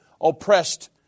oppressed